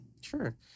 Sure